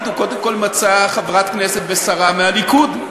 הוא קודם כול מצא חברת כנסת ושרה מהליכוד,